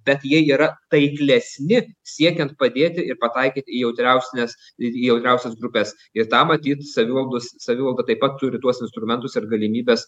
bet jie yra taiklesni siekiant padėti ir pataikyt į jautriausnias į jautriausias grupes ir tą matyt savivaldos savivalda taip pat turi tuos instrumentus ir galimybes